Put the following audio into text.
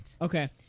Okay